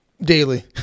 Daily